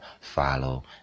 follow